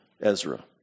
Ezra